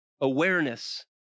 awareness